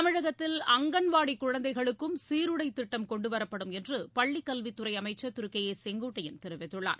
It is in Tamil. தமிழகத்தில் அங்கன்வாடி குழந்தைகளுக்கும் சீருடைத் திட்டம் கொண்டுவரப்படும் என்று பள்ளிக்கல்வித்துறை அமைச்சர் திரு கே ஏ செங்கோட்டையன் தெரிவித்துள்ளார்